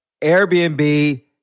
Airbnb